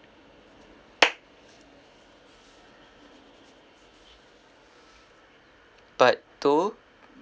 part two